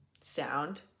Sound